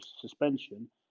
suspension